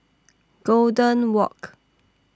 Golden Walk